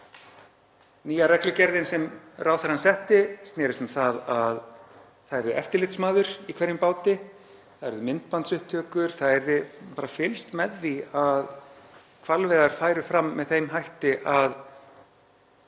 Nýja reglugerðin sem ráðherrann setti snerist um að það yrði eftirlitsmaður í hverjum báti, það yrðu myndbandsupptökur, það yrði bara fylgst með því að hvalveiðar færu fram með þeim hætti að